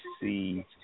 see